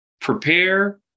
prepare